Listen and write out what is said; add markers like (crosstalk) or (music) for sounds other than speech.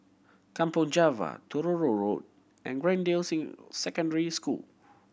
Kampong Java Truro Road and Greendale (unintelligible) Secondary School